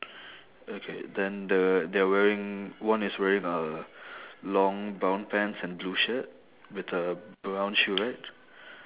okay then the they are wearing one is wearing a long brown pants and blue shirt with the brown shoe right